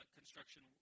construction